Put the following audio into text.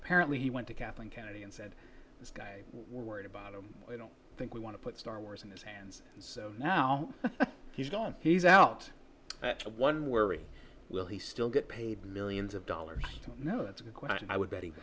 apparently he went to kathleen kennedy and said this guy we're worried about him i don't think we want to put star wars in his hands and so now he's gone he's out of one where we will he still get paid millions of dollars to know that's a question i would bet